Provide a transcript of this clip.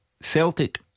Celtic